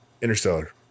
Interstellar